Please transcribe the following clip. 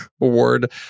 award